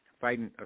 Fighting